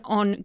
on